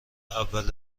اول